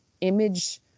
image